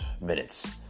minutes